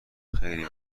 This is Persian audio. خیلی